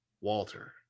Walter